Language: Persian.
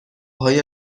های